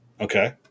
Okay